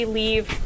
leave